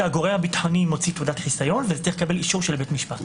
הגורם הביטחוני מוציא תעודת חיסיון וצריך לקבל אישור של בית המשפט.